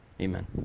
Amen